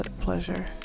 pleasure